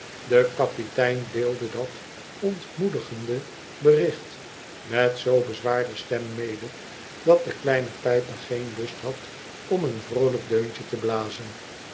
de kapitein deelde dat ontmoedigende bericht met zoo bezwaarde stem mode dat de kleine pijper geen lust had om een vroolijk deuntje te blazen